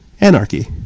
anarchy